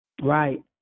Right